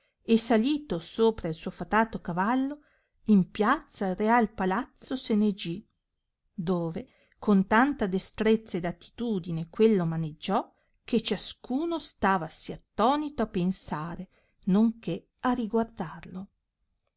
e salito sopra il suo fatato cavallo in piazza al real palazzo se ne gì dove con tanta destrezza ed attitudine quello maneggiò che ciascuno stavasi attonito a pensare nonché a riguardarlo